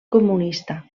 comunista